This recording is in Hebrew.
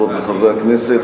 חברות וחברי הכנסת,